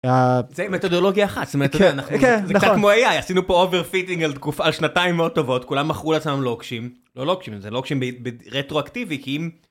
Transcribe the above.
זה מתודולוגיה אחת, כן. זה קצת כמו AI. עשינו פה over fitting על תקופה שנתיים מאוד טובות. כולם מכרו לעצמם לוקשים. לא לוקשים, זה לוקשים רטרואקטיבי כי אם...